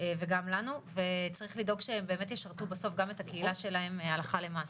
וגם לנו וצריך לדאוג שהם באמת ישרתו בסוף גם את הקהילה שלהם הלכה למעשה.